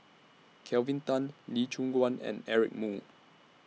Kelvin Tan Lee Choon Guan and Eric Moo